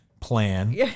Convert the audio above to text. plan